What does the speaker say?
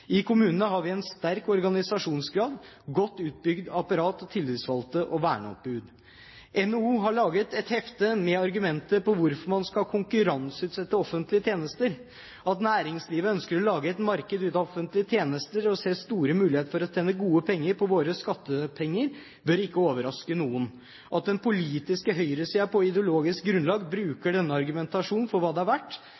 I kommunene har vi en sterk organisasjonsgrad, et godt utbygd apparat av tillitsvalgte og verneombud. NHO har laget et hefte med argumenter for hvorfor man skal konkurranseutsette offentlige tjenester. At næringslivet ønsker å lage et marked ut av offentlige tjenester og ser store muligheter for å tjene gode penger på våre skattepenger, bør ikke overraske noen. At den politiske høyresiden på ideologisk grunnlag